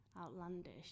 outlandish